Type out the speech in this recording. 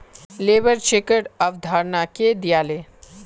labour चेकेर अवधारणा के दीयाले